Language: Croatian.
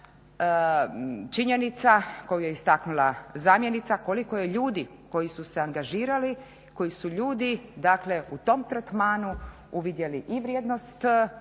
činjenica koju je istaknula zamjenica koliko je ljudi koji su se angažirali, koji su ljudi dakle u tom tretmanu uvidjeli i vrijednost rada